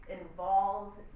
involves